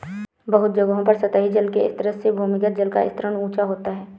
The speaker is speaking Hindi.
बहुत जगहों पर सतही जल के स्तर से भूमिगत जल का स्तर ऊँचा होता है